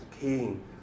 king